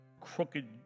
crooked